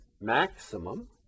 maximum